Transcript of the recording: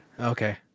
Okay